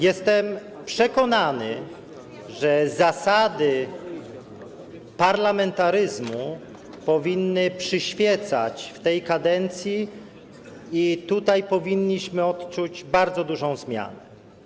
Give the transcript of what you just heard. Jestem przekonany, że zasady parlamentaryzmu powinny przyświecać tej kadencji i tutaj powinniśmy odczuć bardzo dużą zmianę.